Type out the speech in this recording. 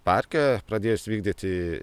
parke pradėjus vykdyti